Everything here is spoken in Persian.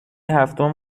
هفتم